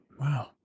wow